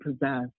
possess